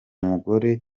mugore